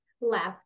left